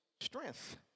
strength